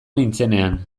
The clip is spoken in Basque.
nintzenean